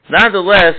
Nonetheless